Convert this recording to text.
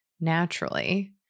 naturally